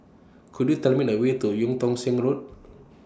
Could YOU Tell Me The Way to EU Tong Sen Road